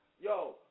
Yo